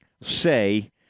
say –